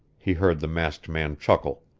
he heard the masked man chuckle.